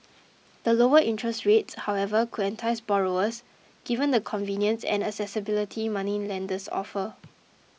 the lower interests rates however could entice borrowers given the convenience and accessibility moneylenders offer